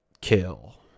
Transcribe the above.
kill